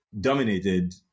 dominated